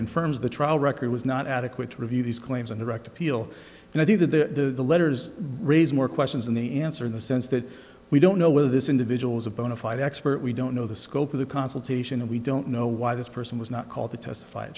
confirms the trial record was not adequate to review these claims and direct appeal and i think that the letters raise more questions than the answer in the sense that we don't know whether this individual is a bona fide expert we don't know the scope of the consultation and we don't know why this person was not called to testify a